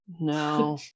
No